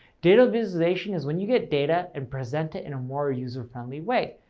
data visualization is when you get data and present it in a more user friendly way.